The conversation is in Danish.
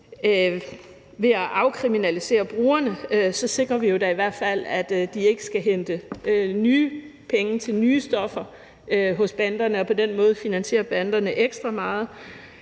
ved at afkriminalisere brugerne sikrer vi da i hvert fald, at de ikke skal hente nye penge til nye stoffer hos banderne og på den måde finansiere banderne ekstra meget.